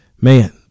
man